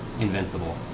invincible